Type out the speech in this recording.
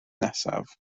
nesaf